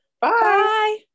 Bye